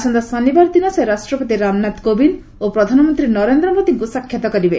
ଆସନ୍ତା ଶନିବାର ଦିନ ସେ ରାଷ୍ଟ୍ରପତି ରାମନାଥ କୋବିନ୍ଦ ଓ ପ୍ରଧାନମନ୍ତ୍ରୀ ନରେନ୍ଦ୍ର ମୋଦିଙ୍କୁ ସାକ୍ଷାତ କରିବେ